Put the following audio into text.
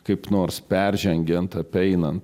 kaip nors peržengiant apeinant